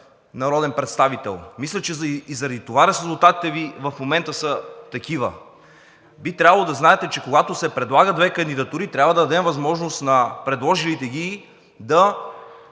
народен представител. Мисля, че и заради това резултатите Ви в момента са такива. Би трябвало да знаете, че, когато се предлагат две кандидатури, трябва да дадем възможност на предложилите ги да